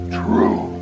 true